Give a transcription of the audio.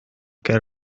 ger